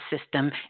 system